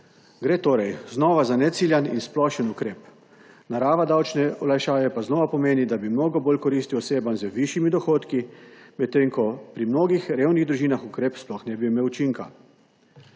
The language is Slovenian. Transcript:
Gre torej znova za neciljan in splošen ukrep. Narava davčne olajšave pa znova pomeni, da bi mnogo bolj koristil osebam z višjimi dohodki, medtem ko pri mnogih revnih družinah ukrep sploh ne bi imel učinka.